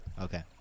Okay